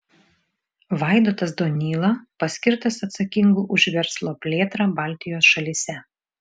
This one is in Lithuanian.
vaidotas donyla paskirtas atsakingu už verslo plėtrą baltijos šalyse